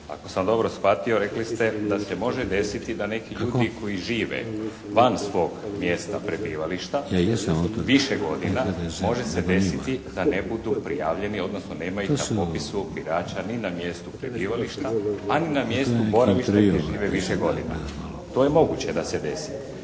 ako sam dobro shvatio rekli ste da se može desiti da neki ljudi koji žive van svog mjesta prebivališta više godina može se desiti da ne budu prijavljeni, odnosno nema ih na popisu birača ni na mjestu prebivališta, a ni na mjestu boravišta gdje žive više godina. To je moguće da se desi.